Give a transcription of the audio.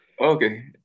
Okay